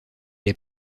les